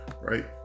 right